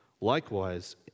Likewise